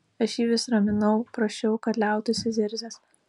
aš jį vis raminau prašiau kad liautųsi zirzęs